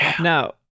now